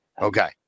Okay